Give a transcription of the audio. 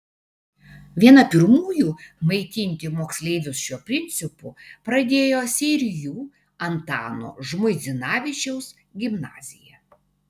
viena pirmųjų maitinti moksleivius šiuo principu pradėjo seirijų antano žmuidzinavičiaus gimnazija